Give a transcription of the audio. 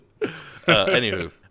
Anywho